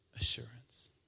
assurance